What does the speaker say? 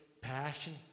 passion